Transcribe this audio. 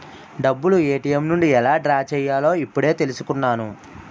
డబ్బులు ఏ.టి.ఎం నుండి ఎలా డ్రా చెయ్యాలో ఇప్పుడే తెలుసుకున్నాను